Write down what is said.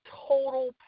total